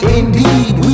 indeed